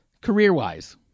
career-wise